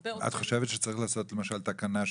הרבה --- את חושבת שצריך לעשות למשל תקנה,